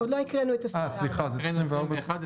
עוד לא הקראנו את סעיף 24. הקראנו את סעיף 21,